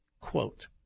Quote